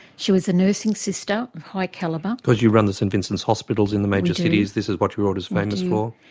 she was a nursing sister of high calibre. because you run the st vincent's hospitals in the major cities, this is what your order's famous for.